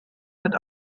wird